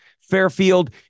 Fairfield